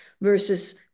versus